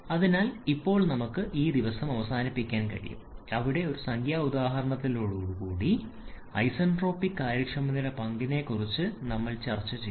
അതിനാൽ ഇപ്പോൾ നമുക്ക് ദിവസം അവസാനിപ്പിക്കാൻ കഴിയും അവിടെ ഒരു സംഖ്യാ ഉദാഹരണത്തിലൂടെ ഐസന്റ്രോപിക് കാര്യക്ഷമതയുടെ പങ്കിനെക്കുറിച്ച് നമ്മൾ ചർച്ചചെയ്തു